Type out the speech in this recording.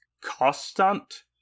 Constant